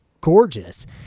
gorgeous